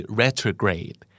retrograde